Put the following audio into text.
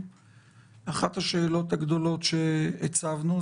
אחת השאלות הגדולות שהצבנו,